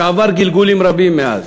שעבר גלגולים רבים מאז.